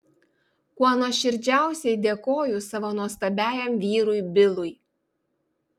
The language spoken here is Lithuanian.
kuo nuoširdžiausiai dėkoju savo nuostabiajam vyrui bilui